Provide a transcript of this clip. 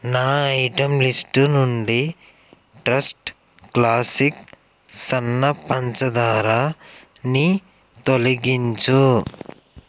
నా item list నుండి Trust Classic సన్న పంచదారని తొలగించు